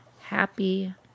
happy